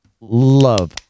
Love